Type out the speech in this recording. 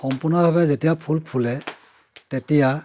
সম্পূৰ্ণভাৱে যেতিয়া ফুল ফুলে তেতিয়া